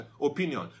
opinion